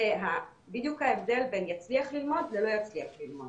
בדיוק ההבדל בין יצליח ללמוד ללא יצליח ללמוד.